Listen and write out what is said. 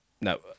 no